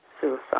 suicide